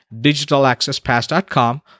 digitalaccesspass.com